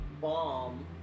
bomb